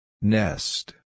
Nest